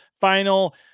final